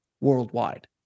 worldwide